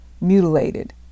mutilated